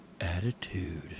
attitude